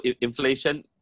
inflation